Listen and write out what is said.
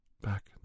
back